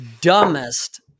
dumbest